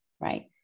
right